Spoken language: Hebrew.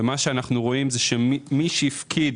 אנחנו רואים שמי שהפקיד